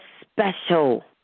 special